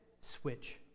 switch